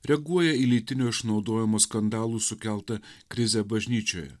reaguoja į lytinio išnaudojimo skandalų sukeltą krizę bažnyčioje